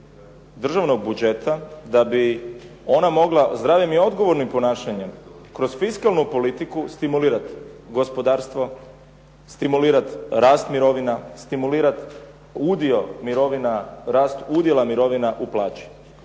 državnog budžeta da bi ona mogla zdravim i odgovornim ponašanjem kroz fiskalnu politiku stimulirati gospodarstvo, stimulirati rast mirovina, stimulirati udio mirovina, rast